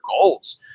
goals